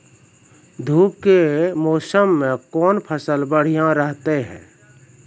धूप के मौसम मे कौन फसल बढ़िया रहतै हैं?